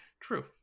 True